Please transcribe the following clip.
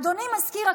אדוני מזכיר הכנסת,